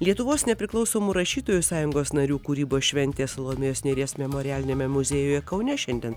lietuvos nepriklausomų rašytojų sąjungos narių kūrybos šventė salomėjos nėries memorialiniame muziejuje kaune šiandien